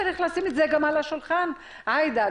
צריך לשים את זה גם על השולחן עאידה,